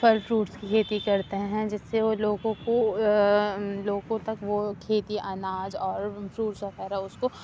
پھل فروٹس کی کھیتی کرتے ہیں جس سے وہ لوگوں کو لوگوں تک وہ کھیتی اناج اور فروٹس وغیرہ اُس کو